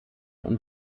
und